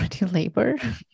labor